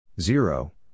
Zero